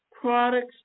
products